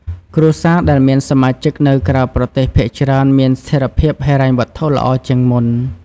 គ្រួសារដែលមានសមាជិកនៅក្រៅប្រទេសភាគច្រើនមានស្ថេរភាពហិរញ្ញវត្ថុល្អជាងមុន។